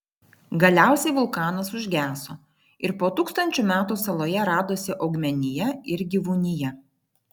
galiausiai vulkanas užgeso ir po tūkstančių metų saloje radosi augmenija ir gyvūnija